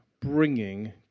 bringing